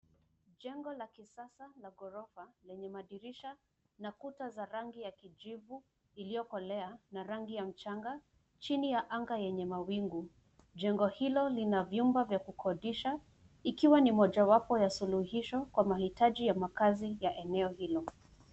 Jengo la kisasa la ghorofa lenye madirisha na kuta za rangi ya kijivu iliyokolea na rangi ya mchanga chini ya anga yenye mawingu. Jengo hilo Lina vyumba vya kukodisha ikiwa ni moja wapo ya suluhisho kwa mahitaji ya makazi ya eneo hilo.